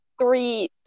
Three